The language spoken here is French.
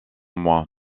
moins